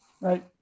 right